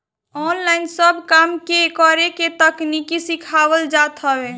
online सब काम के करे के तकनीकी सिखावल जात हवे